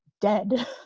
dead